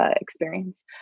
experience